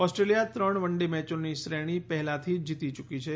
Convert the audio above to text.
Australia ત્રણ one day મેચોની શ્રેણી પહેલાથી જ જીતી યૂકી છે